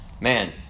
man